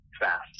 fast